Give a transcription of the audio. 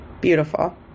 Beautiful